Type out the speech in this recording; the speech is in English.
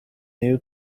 new